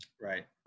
Right